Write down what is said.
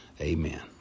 Amen